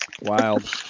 Wild